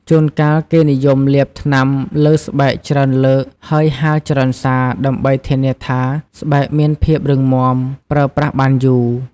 ជួនកាល គេនិយមលាបថ្នាំលើស្បែកច្រើនលើក ហើយហាលច្រើនសា ដើម្បីធានាថាស្បែកមានភាពរឹងមាំ ប្រើប្រាស់បានយូរ។